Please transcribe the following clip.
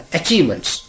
achievements